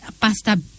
pasta